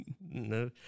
No